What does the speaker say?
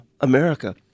america